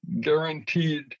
guaranteed